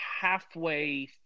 halfway